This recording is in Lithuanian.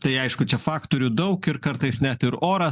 tai aišku čia faktorių daug ir kartais net ir oras